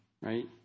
right